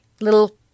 little